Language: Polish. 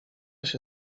się